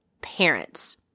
parents